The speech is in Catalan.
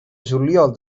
juliol